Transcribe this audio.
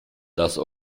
das